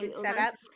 setup